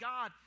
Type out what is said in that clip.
God